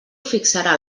fixarà